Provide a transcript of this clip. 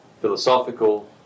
Philosophical